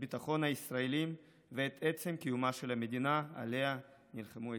ביטחון הישראלים ואת עצם קיומה של המדינה שעליה נלחמו יקרינו.